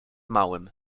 małym